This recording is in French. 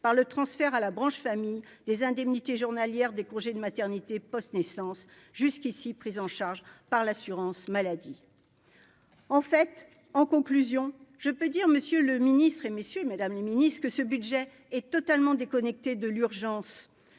par le transfert à la branche famille des indemnités journalières des congés de maternité post-naissance jusqu'ici pris en charge par l'assurance maladie, en fait, en conclusion, je peux dire monsieur le ministre, et messieurs, mesdames les ministres, ce que ce budget est totalement déconnecté de l'urgence,